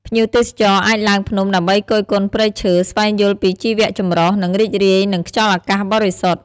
ភ្ញៀវទេសចរអាចឡើងភ្នំដើម្បីគយគន់ព្រៃឈើ ស្វែងយល់ពីជីវៈចម្រុះ និងរីករាយនឹងខ្យល់អាកាសបរិសុទ្ធ។